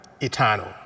eternal